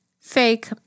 fake